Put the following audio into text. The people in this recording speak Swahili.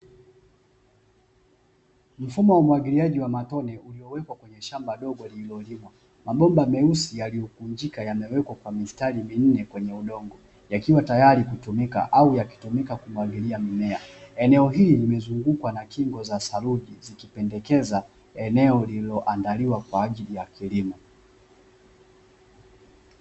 Mfumo wa umwagiliaji wa matone uliowekwa kwenye shamba dogo lililolimwa. Mabomba meusi yaliyokunjika yamewekwa kwa mistari minne kwenye udongo yakiwa tayari kutumika au yakitumika kumwagilia mimea. Eneo hili limezungukwa na kingo za saluji zikipendekeza eneo lililoandaliwa kwa ajili ya kilimo.